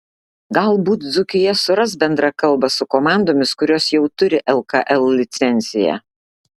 galbūt dzūkija suras bendrą kalbą su komandomis kurios jau turi lkl licenciją